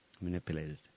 manipulated